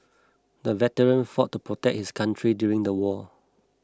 the veteran fought to protect his country during the war